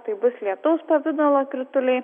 tai bus lietaus pavidalo krituliai